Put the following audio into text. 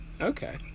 Okay